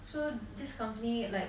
so this company like